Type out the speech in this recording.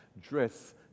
dress